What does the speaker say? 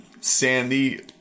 Sandy